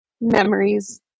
Memories